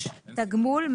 תגמול,